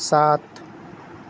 सात